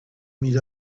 meet